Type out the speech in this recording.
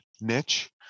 niche